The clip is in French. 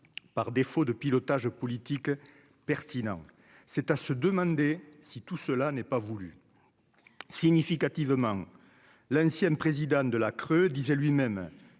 par défaut de pilotage politique pertinent, c'est à se demander si tout cela n'est pas voulu significativement l'ancienne présidente de la creux disait lui-même